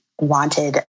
wanted